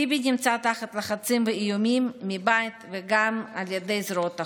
ביבי נמצא תחת לחצים ואיומים מבית וגם על ידי זרועות החוק.